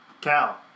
Cal